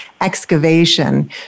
excavation